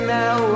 now